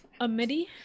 amidi